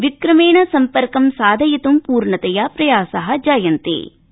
विक्रमेण सम्पर्क साधयित् पूर्णतया प्रयासा जायन्ते